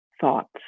thoughts